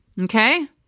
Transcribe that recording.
Okay